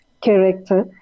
character